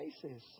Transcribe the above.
places